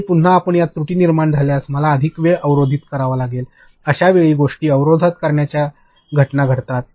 आणि पुन्हा आपण यात त्रुटी निर्माण केल्यास मला अधिक वेळ अवरोधित करावा लागेल या वेळी गोष्टी अवरोधित करण्याच्या घटना घडतात